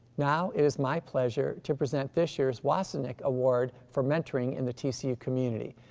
now it is my pleasure to present this year's wassenich award for mentoring in the tcu community.